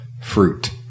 fruit